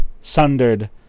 sundered